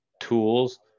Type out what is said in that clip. tools